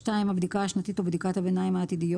הבדיקה השנתית או בדיקת הבינים העתידיות